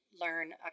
learn